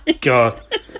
God